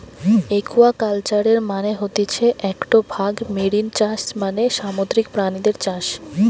একুয়াকালচারের মানে হতিছে একটো ভাগ মেরিন চাষ মানে সামুদ্রিক প্রাণীদের চাষ